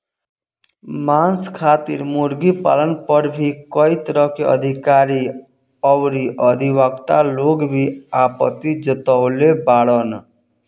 मांस खातिर मुर्गी पालन पर भी कई तरह के अधिकारी अउरी अधिवक्ता लोग भी आपत्ति जतवले बाड़न